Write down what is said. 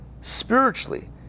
spiritually